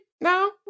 no